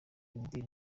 imideli